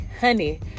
honey